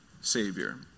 savior